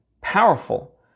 powerful